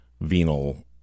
venal